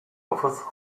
office